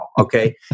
okay